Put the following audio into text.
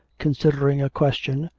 considering a question,